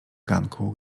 ganku